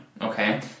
okay